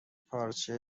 پارچه